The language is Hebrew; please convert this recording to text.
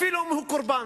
אפילו אם הוא קורבן,